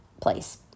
place